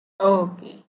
Okay